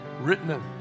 written